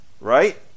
Right